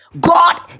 God